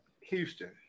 Houston